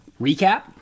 Recap